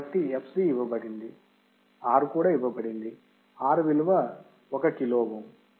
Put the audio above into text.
కాబట్టి fc ఇవ్వబడింది R కూడా ఇవ్వబడింది R విలువ 1 కిలో ఓం